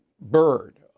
bird